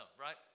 right